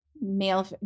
male